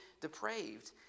depraved